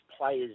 players